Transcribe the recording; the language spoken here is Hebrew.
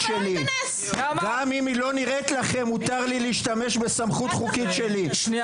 גם אם היא לא נראית לכם מותר לי להשתמש בסמכות חוקית שלי,